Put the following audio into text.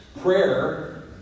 Prayer